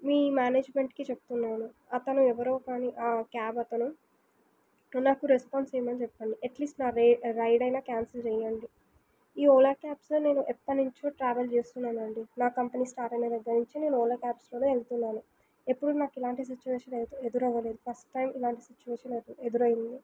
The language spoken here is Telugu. మీ మేనేజ్మెంట్కి చెప్తున్నాను అతను ఎవరో కాని ఆ క్యాబ్ అతను నాకు రెస్పాన్స్ ఇవ్వమని చెప్పండి అట్లీస్ట్ నా రే రైడ్ అయినా క్యాన్సిల్ చెయ్యండి ఈ ఓలా క్యాబ్స్ నేను ఎప్పట్నుంచో ట్రావెల్ చేస్తున్నానండి నా కంపెనీ స్టార్ అయినా దగ్గర నుంచి నేను ఓలా క్యాబ్స్లోనే వెళ్తున్నాను ఎప్పుడూ నాకిలాంటి సిచ్చువేషన్ అయితే ఎదురవ్వలేదు ఫస్ట్ టైమ్ ఇలాంటి సిచ్చువేషన్ ఎదు ఎదురయ్యింది